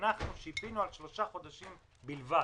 אנחנו שיפינו על שלושה חודשים בלבד,